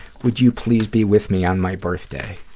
would you please be with me on my birthday?